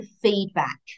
feedback